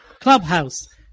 Clubhouse